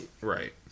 right